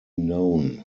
known